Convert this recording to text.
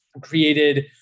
created